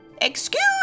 Excuse